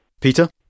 Peter